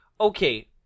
okay